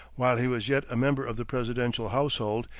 while he was yet a member of the presidential household,